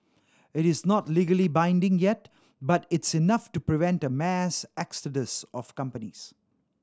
it is not legally binding yet but it's enough to prevent a mass exodus of companies